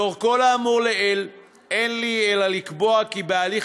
לאור כל האמור לעיל אין לי אלא לקבוע כי בהליך